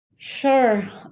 Sure